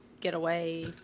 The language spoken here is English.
getaway